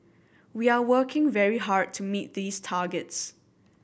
we are working very hard to meet these targets